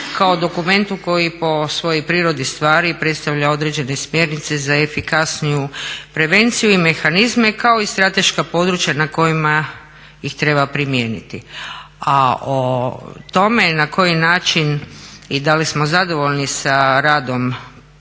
kao dokumentu koji po svojoj prirodi stvari predstavlja određene smjernice za efikasniju prevenciju i mehanizme, kako i strateška područja na kojima ih treba primijeniti. A o tome na koji način i da li smo zadovoljni sa radom